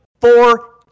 four